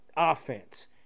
offense